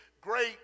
great